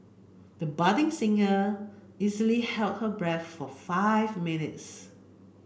the budding singer easily held her breath for five minutes